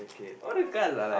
all the cards are like